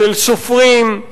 של סופרים.